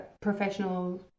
professional